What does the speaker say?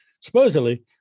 supposedly